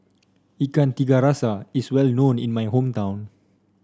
Ikan Tiga Rasa is well known in my hometown